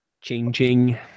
changing